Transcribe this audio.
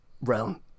realm